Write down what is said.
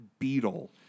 Beetle